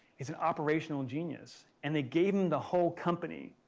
he's an operational genius. and they gave him the whole company,